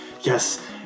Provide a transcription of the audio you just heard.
yes